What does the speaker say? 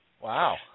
Wow